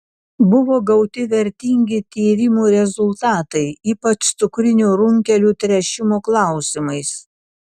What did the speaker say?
buvo gauti vertingi tyrimų rezultatai ypač cukrinių runkelių tręšimo klausimais